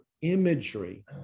imagery